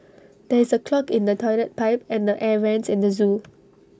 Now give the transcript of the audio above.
there is A clog in the Toilet Pipe and the air Vents in the Zoo